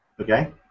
Okay